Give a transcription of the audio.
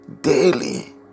daily